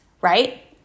right